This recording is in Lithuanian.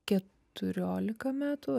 keturiolika metų